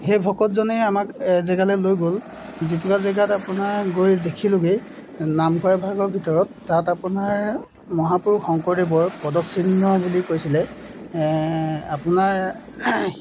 সেই ভকতজনে আমাক এজেগালৈ লৈ গ'ল যিটুকুৰা জেগাত আপোনাৰ গৈ দেখিলোগৈ নামঘৰ এভাগৰ ভিতৰত তাত আপোনাৰ মহাপুৰুষ শংকৰদেৱৰ পদচিহ্ন বুলি কৈছিলে আপোনাৰ